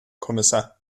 kommissar